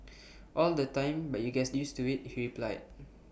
all the time but you gets used to IT he replied